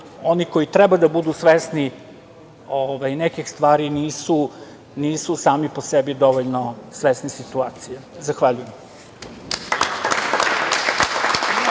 oni koji treba da budu svesni nekih stvari nisu sami po sebi dovoljno svesni situacije. Zahvaljujem.